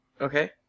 Okay